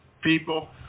people